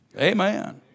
Amen